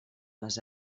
les